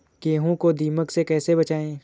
गेहूँ को दीमक से कैसे बचाएँ?